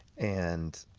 and